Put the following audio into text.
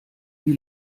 wie